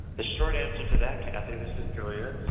the short answer to that, kathy, this is julian,